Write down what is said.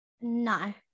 No